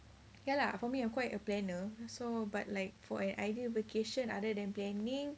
ya lah for me I'm quite a planner so but like for an ideal vacation other than planning